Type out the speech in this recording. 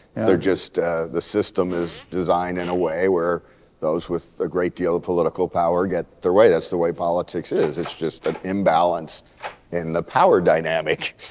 and just the system is designed in a way where those with a great deal of political power get their way. that's the way politics is, it's just an imbalance in the power dynamic.